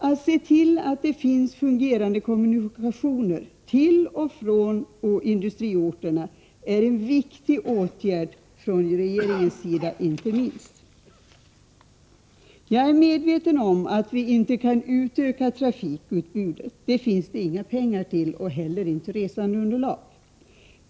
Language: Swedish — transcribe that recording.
Att se till att det finns fungerande kommunikationer till och från industriorterna är en viktig åtgärd inte minst från regeringens sida. Jag är medveten om att vi inte kan utöka trafikutbudet — det finns det inga pengar till och inte heller resandeunderlag.